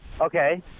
Okay